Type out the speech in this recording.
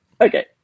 Okay